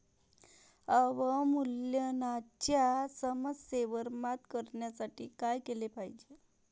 अवमूल्यनाच्या समस्येवर मात करण्यासाठी काय केले पाहिजे?